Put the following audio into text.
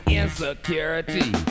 insecurity